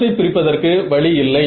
அவற்றை பிரிப்பதற்கு வழி இல்லை